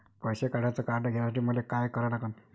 पैसा काढ्याचं कार्ड घेण्यासाठी मले काय करा लागन?